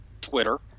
Twitter